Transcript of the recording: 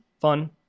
fun